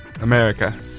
America